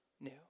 new